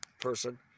person